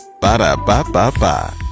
Ba-da-ba-ba-ba